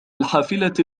الحافلة